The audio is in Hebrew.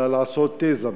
אלא לעשות תזה מסוימת.